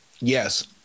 yes